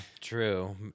true